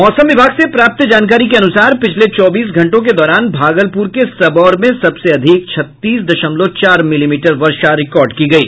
मौसम विभाग से प्राप्त जानकारी के अनुसार पिछले चौबीस घंटों के दौरान भागलपुर के सबौर में सबसे अधिक छत्तीस दशमलव चार मिलीमीटर वर्षा रिकार्ड की गयी